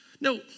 No